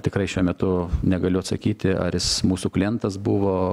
tikrai šiuo metu negaliu atsakyti ar jis mūsų klientas buvo